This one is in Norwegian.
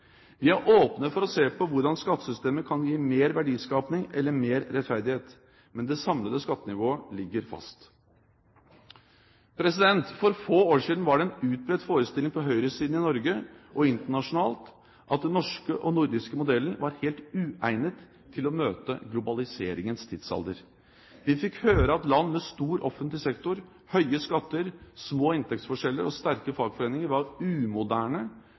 Vi er åpne for å se på hvordan skattesystemet kan gi mer verdiskaping eller mer rettferdighet, men det samlede skattenivået ligger fast. For få år siden var det en utbredt forestilling på høyresiden i Norge og internasjonalt at den norske og nordiske modellen var helt uegnet til å møte globaliseringens tidsalder. Vi fikk høre at land med stor offentlig sektor, høye skatter, små inntektsforskjeller og sterke fagforeninger var umoderne,